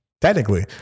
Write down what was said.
technically